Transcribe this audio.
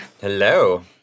Hello